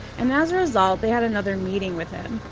and, as a result, they had another meeting with him,